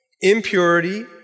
impurity